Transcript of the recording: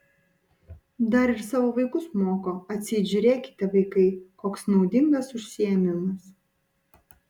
dar ir savo vaikus moko atseit žiūrėkite vaikai koks naudingas užsiėmimas